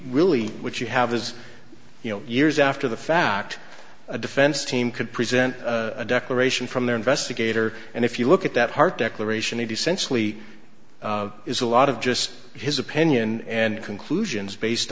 really what you have is you know years after the fact a defense team could present a declaration from their investigator and if you look at that heart declaration it essentially is a lot of just his opinion and conclusions based